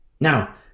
Now